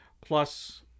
plus